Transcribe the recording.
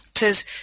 Says